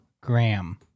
Graham